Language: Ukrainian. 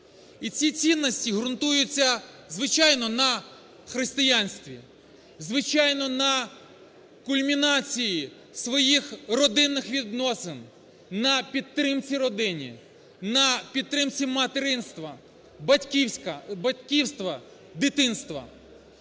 І ці цінності ґрунтуються, звичайно, на християнстві, звичайно, на кульмінації своїх родинних відносин, на підтримці родини, на підтримці материнства, батьківства, дитинства.